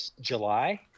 July